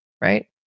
right